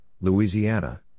Louisiana